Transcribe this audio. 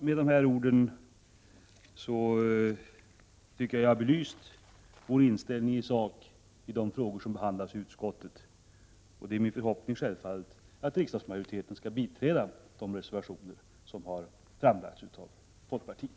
Med dessa ord tycker jag att jag har belyst vår inställning i sak till de frågor som behandlats i utskottet. Det är självfallet min förhoppning att riksdagsmajoriteten skall biträda de reservationer som har framlagts av folkpartiet.